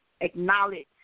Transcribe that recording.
acknowledge